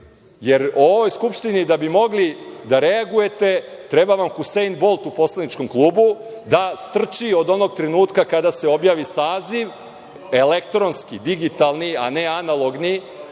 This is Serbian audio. jer u ovoj Skupštini da bi mogli da reagujete treba vam Husein Bolt u poslaničkom klubu da strči od onog trenutka kada se objavi saziv elektronski, digitalni, a ne analogni